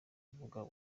urubuga